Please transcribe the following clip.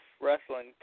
wrestling